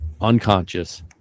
unconscious